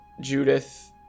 Judith